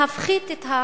להפחית את השכר.